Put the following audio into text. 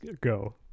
go